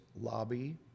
lobby